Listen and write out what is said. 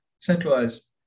centralized